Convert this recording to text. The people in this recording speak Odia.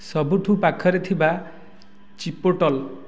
ସବୁଠୁ ପାଖରେ ଥିବା ଚିପୋଟଲ୍